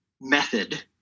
method